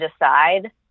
decide